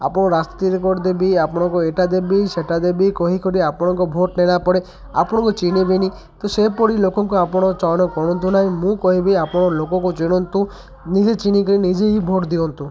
ଆପଣ ରେକର୍ଡ଼ ଦେବି ଆପଣଙ୍କୁ ଏଇଟା ଦେବି ସେଇଟା ଦେବି କହିକରି ଆପଣଙ୍କ ଭୋଟ ନେଲାପରେ ଆପଣଙ୍କୁ ଚିନ୍ହିବିନି ତ ସେପରି ଲୋକଙ୍କୁ ଆପଣ ଚୟନ କରନ୍ତୁ ନାହିଁ ମୁଁ କହିବି ଆପଣ ଲୋକଙ୍କୁ ଚିନ୍ହନ୍ତୁ ନିଜେ ଚିନ୍ହିକିରି ନିଜେ ହଁ ଭୋଟ ଦିଅନ୍ତୁ